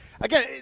Again